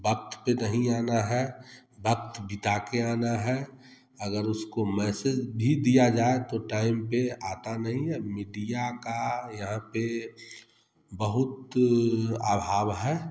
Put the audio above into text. वक्त पे नहीं आना है वक्त बिता के आना है अगर उसको मैसेज भी दिया जाए तो टाइम पर आता नहीं है मिडिया का यहाँ पर बहुत अभाव है